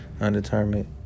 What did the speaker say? Undetermined